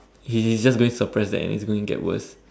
he is just going to surpass that and it's going to get worse